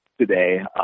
today